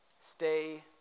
Stay